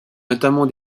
notamment